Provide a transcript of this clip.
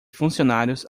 funcionários